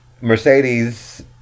Mercedes